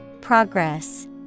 Progress